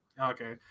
Okay